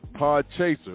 Podchaser